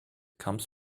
comes